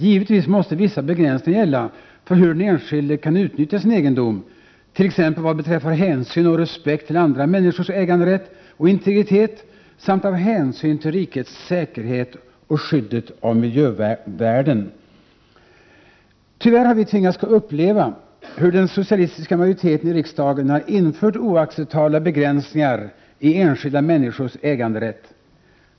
Givetvis måste vissa begränsningar gälla för hur den enskilde kan utnyttja sin egendom, t.ex. vad beträffar hänsyn och respekt till andra människors äganderätt och integritet samt hänsyn till rikets säkerhet och skyddet av miljövärden. Tyvärr har vi tvingats uppleva hur den socialistiska majoriteten i riksdagen har infört oacceptabla begränsningar i enskilda människors äganderätt.